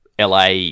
LA